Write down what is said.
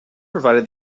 provided